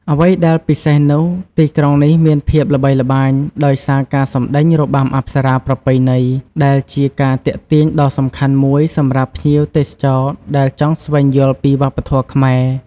អ្វីដែលពិសេសនោះទីក្រុងនេះមានភាពល្បីល្បាញដោយសារការសម្តែងរបាំអប្សរាប្រពៃណី ដែលជាការទាក់ទាញដ៏សំខាន់មួយសម្រាប់ភ្ញៀវទេសចរដែលចង់ស្វែងយល់ពីវប្បធម៌ខ្មែរ ។